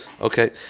Okay